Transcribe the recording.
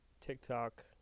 TikTok